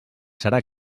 serà